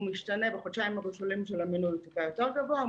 הוא משתנה: בחודשיים הראשונים של המינוי הוא טיפה יותר גבוה.